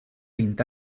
vint